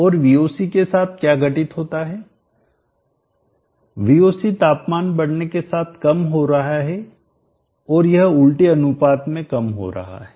और Voc के साथ क्या घटित होता है Vocतापमान बढ़ने के साथ कम हो रहा है और यह उल्टे अनुपात में कम हो रहा है